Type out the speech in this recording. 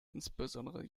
insbesondere